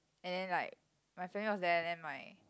and then like my family was there then my